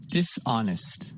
Dishonest